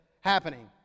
happening